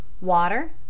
Water